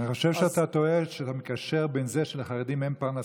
אני חושב שאתה טועה כשאתה מקשר בין זה שלחרדים אין פרנסה,